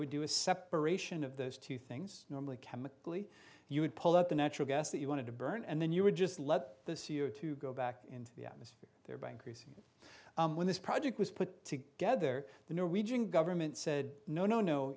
would do a separation of those two things normally chemically you would pull up the natural gas that you want to burn and then you would just let the c o two go back into the atmosphere thereby increasing when this project was put together the norwegian government said no no no